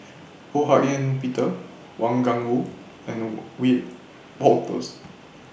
Ho Hak Ean Peter Wang Gungwu and Wiebe Wolters